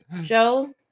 Joe